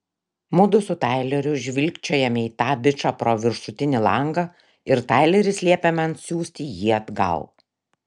mudu su taileriu žvilgčiojame į tą bičą pro viršutinį langą ir taileris liepia man siųsti jį atgal